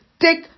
take